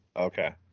Okay